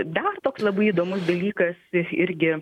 dar toks labai įdomus dalykas irgi